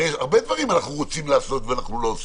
הרי הרבה דברים אנחנו רוצים לעשות ואנחנו לא עושים,